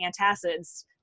antacids